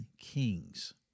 kings